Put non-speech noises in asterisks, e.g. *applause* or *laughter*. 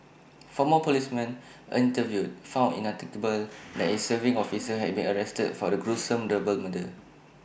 former policemen interviewed found IT unthinkable *noise* that A serving officer had been arrested for the gruesome double murder